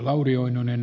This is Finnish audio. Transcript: arvoisa puhemies